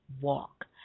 walk